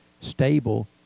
stable